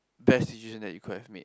best decision you could have made